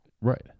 Right